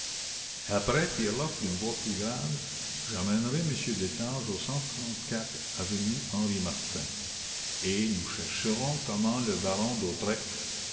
après fit herlock d'une voix plus grave j'emmènerai m destange au de l'avenue henri martin et nous chercherons comment le baron d'hautois